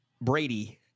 Brady